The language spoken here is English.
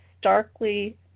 starkly